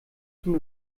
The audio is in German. zum